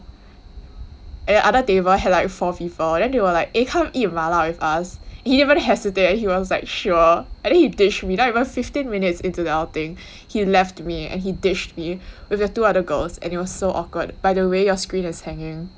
other table had like four people then they were like eh come eat mala with us he didn't even hesitate and he was like sure and then he ditch me without even fifteen minutes into the outing he left me and he ditch me with the other girls and it was so awkward by the way your screen is hanging